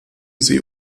sie